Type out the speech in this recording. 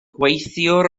gweithiwr